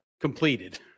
completed